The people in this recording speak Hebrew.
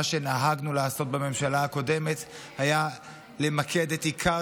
מה שנהגנו לעסוק בו בממשלה הקודמת היה למקד את עיקר